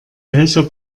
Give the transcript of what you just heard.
welcher